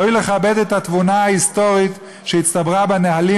ראוי לכבד את התבונה ההיסטורית שהצטברה בנהלים